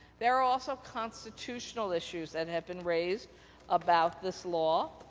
there are also constitutional issues that have been raised about this law.